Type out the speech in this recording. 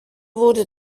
wurde